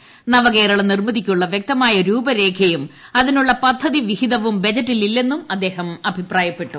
്നവകേരള നിർമ്മിതിക്കുള്ള വ്യക്തമായ രൂപരേചയും അതിനുള്ള പദ്ധതിവിഹിതം ബജറ്റിലില്ലെന്നും അദ്ദേഹ് അഭിപ്രായപ്പെട്ടു